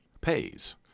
pays